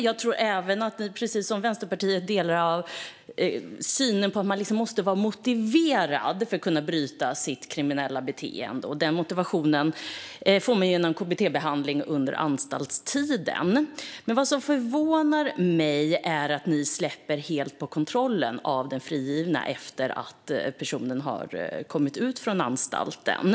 Jag tror även att ni, precis som Vänsterpartiet, delar synen på att man liksom måste vara motiverad för att kunna bryta sitt kriminella beteende, och den motivationen får man genom kbt-behandling under anstaltstiden. Vad som förvånar mig är att ni helt släpper på kontrollen av den frigivna efter att personen har kommit ut från anstalten.